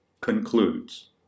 concludes